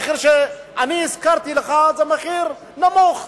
המחיר שאני השכרתי לך בו הוא מחיר נמוך.